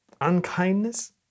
unkindness